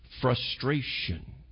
Frustration